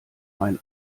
mein